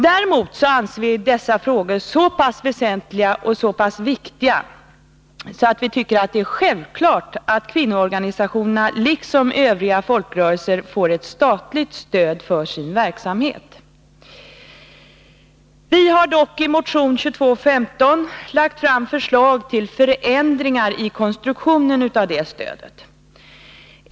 Däremot anser vi dessa frågor så pass väsentliga och viktiga att det är en självklarhet för oss att kvinnoorganisationerna liksom övriga folkrörelser får ett statligt stöd för sin verksamhet. Vi har dock i motion 2215 lagt fram förslag till förändringar i konstruktionen av detta stöd.